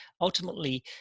ultimately